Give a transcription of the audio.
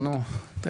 זה.